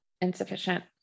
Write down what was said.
Insufficient